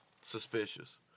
Suspicious